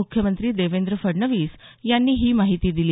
मुख्यमंत्री देवेंद्र फडणवीस यांनी ही माहिती दिली